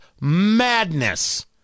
madness